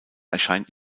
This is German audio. erscheint